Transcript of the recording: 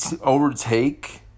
overtake